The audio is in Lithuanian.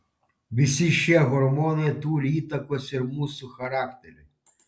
visi šie hormonai turi įtakos ir mūsų charakteriui